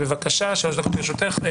בבקשה, שלוש דקות לרשותך.